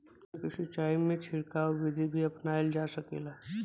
धान के सिचाई में छिड़काव बिधि भी अपनाइल जा सकेला?